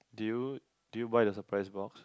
did you did you buy the surprise box